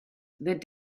that